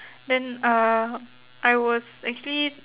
then uh I was actually